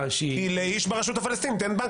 --- כי לאיש ברשות הפלסטינית אין בנק.